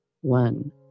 one